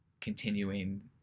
continuing